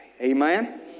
Amen